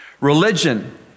Religion